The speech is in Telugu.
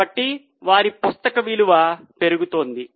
కాబట్టి వారి పుస్తక విలువ పెరుగుతోంది